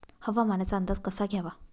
हवामानाचा अंदाज कसा घ्यावा?